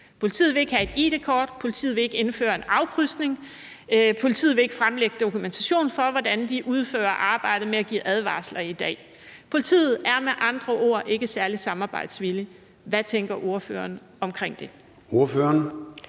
Politiet vil ikke have et id-kort, politiet vil ikke indføre en afkrydsning, og politiet vil ikke fremlægge dokumentation for, hvordan de udfører arbejdet med at give advarsler i dag. Politiet er med andre ord ikke særlig samarbejdsvillige. Hvad tænker ordføreren om det?